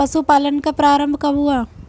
पशुपालन का प्रारंभ कब हुआ?